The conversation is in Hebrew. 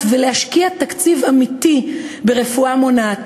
ולהשקיע תקציב אמיתי ברפואה מונעת,